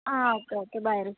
ಹಾಂ okay okay bye ರೀ